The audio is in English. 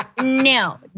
No